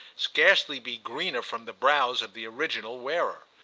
scarcely be greener from the brows of the original wearer.